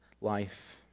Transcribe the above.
life